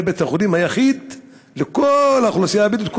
זה הרי בית-החולים היחיד לכל האוכלוסייה הבדואית,